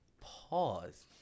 pause